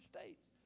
States